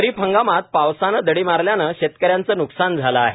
खरीप हंगामात पावसाने दडी मारल्याने शेतक यांचे न्कसान झाले आहे